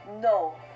No